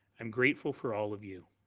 i'm grateful for all of you.